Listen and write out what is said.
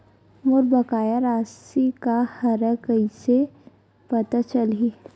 मोर बकाया राशि का हरय कइसे पता चलहि?